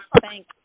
thank